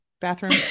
bathroom